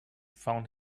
found